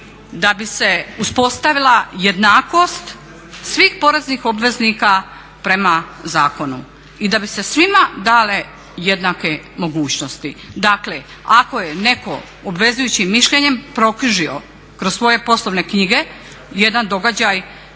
da bi se uspostavila jednakost svih poreznih obveznika prema zakonu i da bi se svima dale jednake mogućnosti. Dakle, ako je netko o obvezujućim mišljenjem proknjižio kroz svoje poslovne knjige jedan događaj